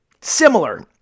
similar